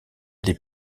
des